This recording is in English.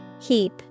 Heap